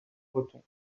breton